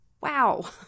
Wow